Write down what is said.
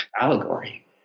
allegory